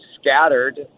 scattered